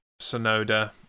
Sonoda